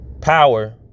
power